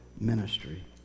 ministry